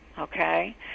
okay